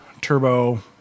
turbo